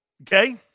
Okay